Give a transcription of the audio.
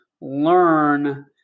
learn